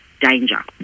danger